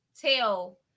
tell